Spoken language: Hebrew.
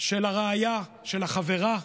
של הרעיה, של החברה,